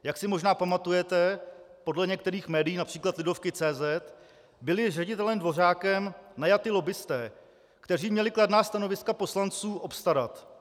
Jak si možná pamatujete, podle některých médií, například Lidovky.cz, byli ředitelem Dvořákem najati lobbisté, kteří měli kladná stanoviska poslanců obstarat.